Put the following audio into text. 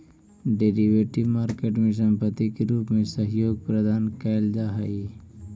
derivative market में संपत्ति के रूप में सहयोग प्रदान कैल जा हइ